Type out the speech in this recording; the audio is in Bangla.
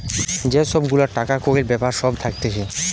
যে সব গুলা টাকা কড়ির বেপার সব থাকতিছে